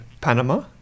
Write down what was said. Panama